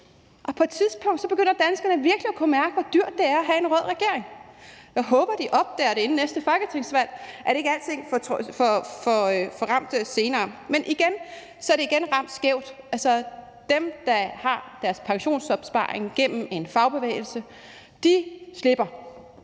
og på et tidspunkt kommer danskerne virkelig til at kunne mærke, hvor dyrt det er at have en rød regering. Jeg håber, de opdager det inden næste folketingsvalg, så de ikke bliver ramt senere. Men igen rammer det skævt. Dem, der har deres pensionsopsparing gennem en fagbevægelse, slipper,